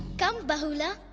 come! bahula,